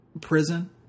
prison